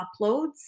uploads